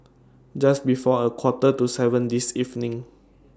Just before A Quarter to seven This evening